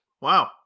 Wow